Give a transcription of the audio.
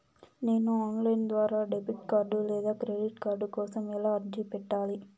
నేను online ద్వారా debit card లేదా క్రెడిట్ కార్డు కోసం ఎలా అర్జీ పెట్టాలి?